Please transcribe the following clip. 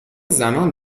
زنان